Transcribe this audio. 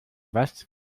was